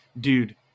dude